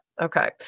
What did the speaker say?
Okay